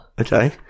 Okay